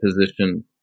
position